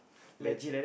let